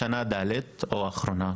לשנה ד׳ או לשנה האחרונה,